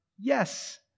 Yes